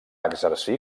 exercir